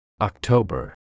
October